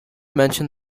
mention